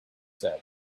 said